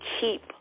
keep